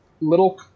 little